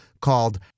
called